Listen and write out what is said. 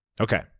Okay